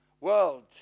world